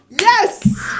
Yes